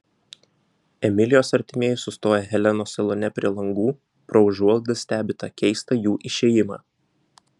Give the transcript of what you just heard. emilijos artimieji sustoję helenos salone prie langų pro užuolaidas stebi tą keistą jų išėjimą